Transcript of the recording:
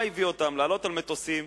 מה הביא אותם לעלות על מטוסים,